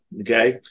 okay